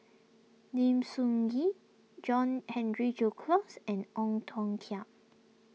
Lim Soo Ngee John Henry Duclos and Ong Tiong Khiam